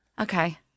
okay